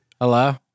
Hello